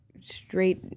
straight